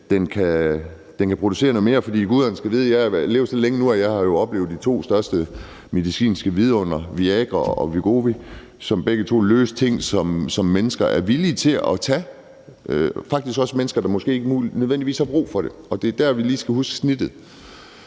de kan producere noget mere. For guderne skal vide, at jeg har levet så længe, at jeg har oplevet de to største medicinske vidundere, Viagra og Wegovy, som begge to har løst ting, og som mennesker er villige til at tage – faktisk også mennesker, der er ikke nødvendigvis har brug for det. Det er der, vi lige skal huske at